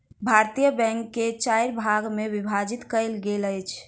भारतीय बैंक के चाइर भाग मे विभाजन कयल गेल अछि